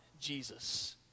Jesus